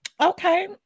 Okay